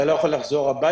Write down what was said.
אתה לא יכול לחזור הביתה,